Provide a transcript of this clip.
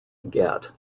get